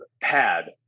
PAD